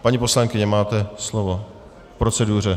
Paní poslankyně, máte slovo k proceduře.